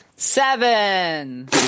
Seven